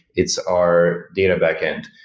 it's our data backend.